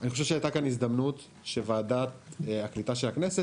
אני חושב שהייתה כאן הזדמנות שוועדת הקליטה של הכנסת